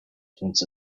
once